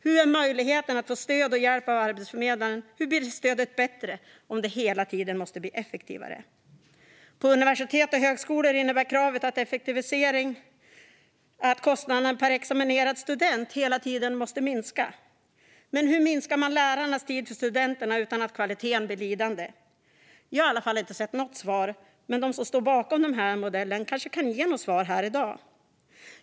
Hur blir möjligheten att få stöd och hjälp av arbetsförmedlaren, och hur blir stödet bättre om det hela tiden måste bli effektivare? På universitet och högskolor innebär kravet på effektivisering att kostnaden per examinerad student hela tiden måste minska. Men hur minskar man lärarnas tid för studenterna utan att kvaliteten blir lidande? Jag har i alla fall inte sett något svar, men de som står bakom den här modellen kanske ge svaren här i dag?